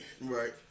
Right